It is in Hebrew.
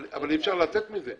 אבל אי אפשר לצאת מזה.